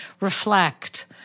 Reflect